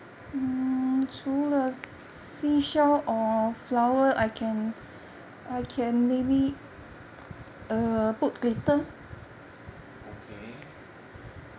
okay